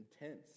intense